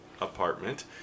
apartment